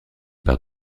par